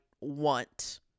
want